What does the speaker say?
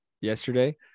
yesterday